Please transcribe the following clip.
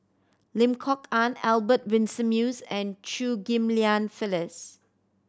Lim Kok Ann Albert Winsemius and Chew Ghim Lian Phyllis